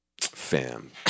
Fam